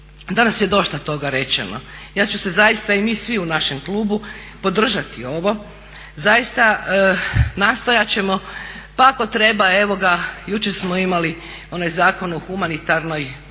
danas je dosta toga rečeno, ja ću se zaista i mi svi u našem klubu podržati ovo. Zaista nastojat ćemo pa ako treba evo ga jučer smo imali onaj Zakon o humanitarnoj